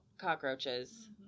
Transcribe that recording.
cockroaches